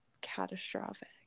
catastrophic